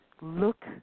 Look